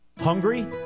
Hungry